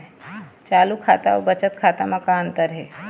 चालू खाता अउ बचत खाता म का अंतर हे?